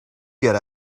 get